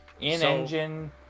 in-engine